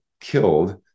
killed